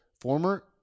former